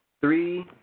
three